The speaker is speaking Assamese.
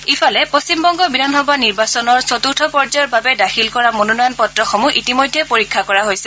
ইফালে পশ্চিমবংগ বিধানসভা নিৰ্বাচনত চতুৰ্থ পৰ্যায়ৰ বাবে দাখিল কৰা মনোনয়ন পত্ৰসমূহ ইতিমধ্যে পৰীক্ষা কৰা হৈছে